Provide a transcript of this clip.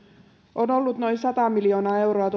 on ollut noin sata miljoonaa euroa